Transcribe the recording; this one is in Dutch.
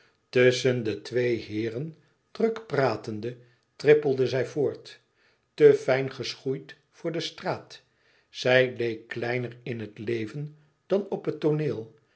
tusschen de twee heeren druk pratende trippelde zij voort te fijn geschoeid voor de straat zij leek kleiner in het leven dan op het tooneel